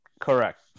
Correct